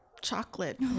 chocolate